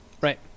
Right